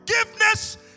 forgiveness